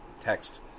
text